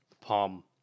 palm